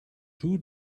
two